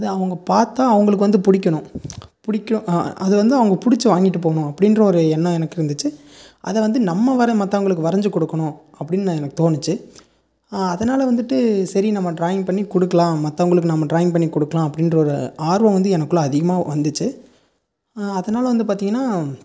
அது அவங்க பார்த்தா அவங்களுக்கு வந்து பிடிக்கணும் பிடிக்கும் அது வந்து அவங்க பிடிச்சு வாங்கிட்டு போகணும் அப்படின்ற எண்ணம் எனக்கு இருந்துச்சு அதை வந்து நம்ம வர மற்றவங்களுக்கு வரைஞ்சி கொடுக்கணும் அப்படின்னு எனக்கு தோணிச்சு அதனால் வந்துட்டு சரி நம்ம டிராயிங் பண்ணி கொடுக்கலாம் மற்றவங்களுக்கு நம்ம டிராயிங் பண்ணி கொடுக்கலாம் அப்படின்ற ஒரு ஆர்வம் வந்து எனக்குள்ள அதிகமாக வந்துச்சு அதனால் வந்து பார்த்திங்கன்னா